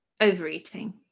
overeating